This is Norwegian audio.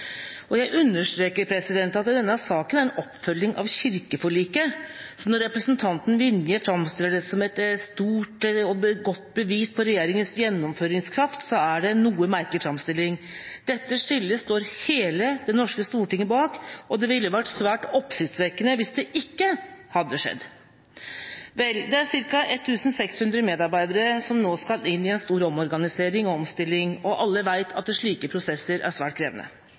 arbeidsgiveransvar. Jeg understreker at denne saken er en oppfølging av kirkeforliket, så når representanten Vinje framstiller det som et stort og godt bevis på regjeringas gjennomføringskraft, er det en noe merkelig framstilling. Dette skillet står hele det norske stortinget bak, og det ville vært svært oppsiktsvekkende hvis det ikke hadde skjedd. Det er ca. 1 600 medarbeidere som nå skal inn i en stor omorganisering og omstilling, og alle vet at slike prosesser er svært krevende.